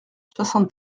soixante